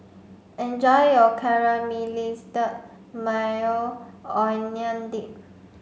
enjoy your Caramelized Maui Onion Dip